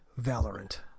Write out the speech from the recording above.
Valorant